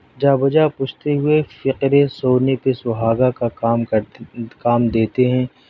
جا بجا پوچھتے ہوئے فقرے سونے کے سہاگا کا کام کرتے کام دیتے ہیں